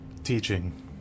teaching